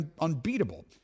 unbeatable